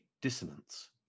dissonance